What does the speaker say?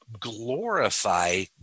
glorify